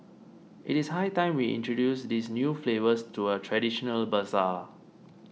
it is high time we introduce these new flavours to a traditional bazaar